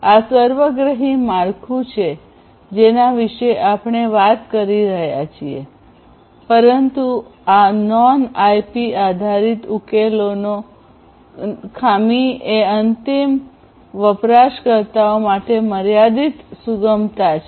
આ સર્વગ્રાહી માળખું છે જેના વિશે આપણે વાત કરી રહ્યા છીએ પરંતુ આ નોન આઇપી આધારિત ઉકેલોનો ખામી એ અંતિમ વપરાશકર્તાઓ માટે મર્યાદિત સુગમતા છે